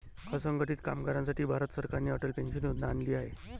असंघटित कामगारांसाठी भारत सरकारने अटल पेन्शन योजना आणली आहे